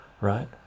right